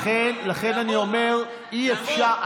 לכן אני אומר, בהסכמה זה היה.